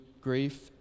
grief